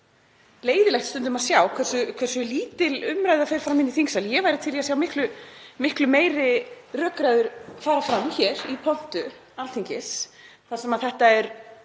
leiðinlegt stundum að sjá hversu lítil umræða fer fram inni í þingsal. Ég væri til í að sjá miklu meiri rökræður fara fram hér í pontu Alþingis þar sem þetta er